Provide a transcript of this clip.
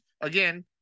again